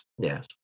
yes